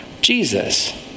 Jesus